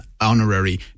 honorary